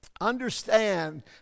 Understand